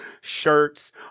shirts